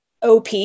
OP